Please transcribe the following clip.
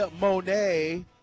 Monet